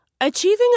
Achieving